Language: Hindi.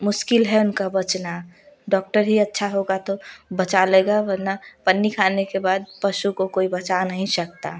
मुश्किल है उनका बचना डॉक्टर ही अच्छा होगा तो बचा लेगा वरना पन्नी खाने के बाद पशु को कोई बचा नहीं सकता